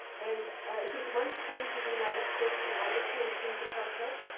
and he once came to the united states when i was here. he came to caltech